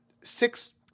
six